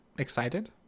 excited